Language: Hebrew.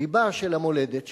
לבה של המולדת שלנו,